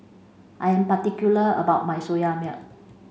I am particular about my Soya milk